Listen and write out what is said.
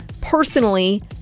Personally